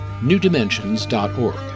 newdimensions.org